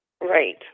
Right